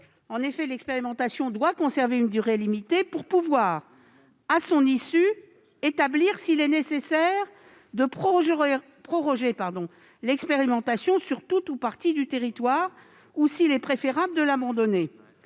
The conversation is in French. En effet, l'expérimentation doit conserver une durée limitée pour qu'il puisse être établi, à son issue, s'il est nécessaire de proroger l'expérimentation sur tout ou partie du territoire, ou s'il est préférable de l'abandonner.